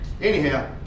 Anyhow